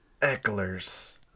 ecklers